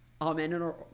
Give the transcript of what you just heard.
Amen